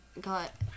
got